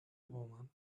women